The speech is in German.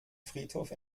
friedhof